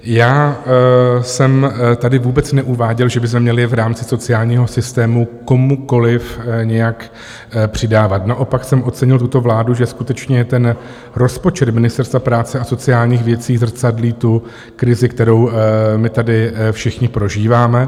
Já jsem tady vůbec neuváděl, že bychom měli v rámci sociálního systému komukoliv nějak přidávat, naopak jsem ocenil tuto vládu, že skutečně rozpočet Ministerstva práce a sociálních věcí zrcadlí krizi, kterou my tady všichni prožíváme.